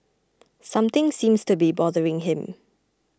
something seems to be bothering him